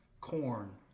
corn